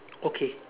okay